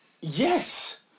Yes